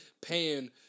paying